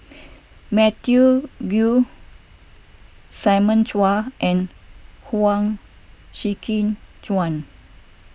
Matthew Ngui Simon Chua and Huang Shiqi Joan